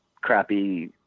crappy